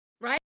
Right